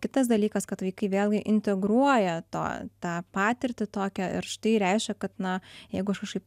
kitas dalykas kad vaikai vėlgi integruoja to tą patirtį tokią ir štai reiškia kad na jeigu aš kažkaip